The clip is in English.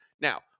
Now